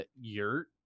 yurt